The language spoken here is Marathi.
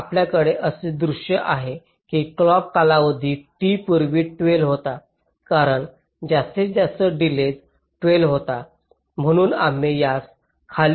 तर आपल्याकडे असे दृष्य आहे की क्लॉक कालावधी T पूर्वी 12 होता कारण जास्तीत जास्त डिलेज 12 होता म्हणून आम्ही त्यास खाली आणू शकलो